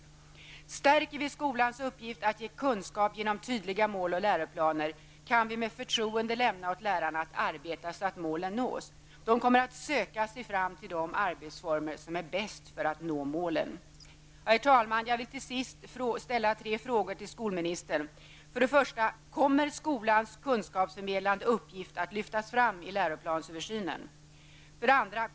Om vi stärker skolans uppgift att ge kunskap genom tydliga mål och läroplaner kan vi med förtroende överlåta på lärarna att arbeta så, att målen nås. De kommer att söka sig fram till de arbetsformer som är bäst när det gäller att nå uppsatta mål. Herr talman! Jag vill till sist ställa tre frågor till skolministern: 1. Kommer skolans kunskapsförmedlande uppgift att lyftas fram i läroplansöversynen? 2.